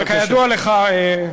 וכידוע לך,